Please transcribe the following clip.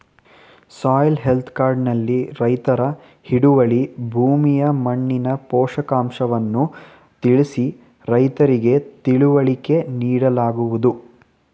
soil health card ನಲ್ಲಿ ರೈತರ ಹಿಡುವಳಿ ಭೂಮಿಯ ಮಣ್ಣಿನ ಪೋಷಕಾಂಶವನ್ನು ತಿಳಿಸಿ ರೈತರಿಗೆ ತಿಳುವಳಿಕೆ ನೀಡಲಾಗುವುದು